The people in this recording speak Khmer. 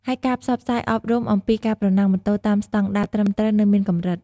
ហើយការផ្សព្វផ្សាយអប់រំអំពីការប្រណាំងម៉ូតូតាមស្តង់ដារត្រឹមត្រូវនៅមានកម្រិត។